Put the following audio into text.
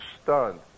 stunned